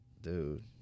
dude